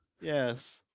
yes